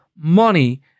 money